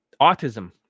Autism